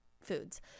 foods